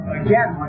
again